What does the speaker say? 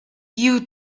you